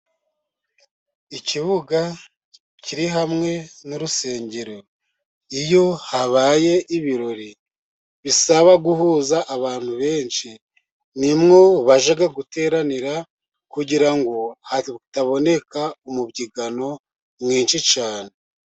Ikibuga kiri hamwe n'urusengero, iyo habaye ibirori bisaba guhuza abantu benshi, nimwo bajya guteranira, kugira ngo hataboneka umubyigano mwinshi cyane.